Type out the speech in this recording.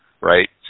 right